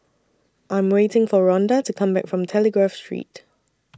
I Am waiting For Ronda to Come Back from Telegraph Street